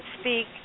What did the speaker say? speak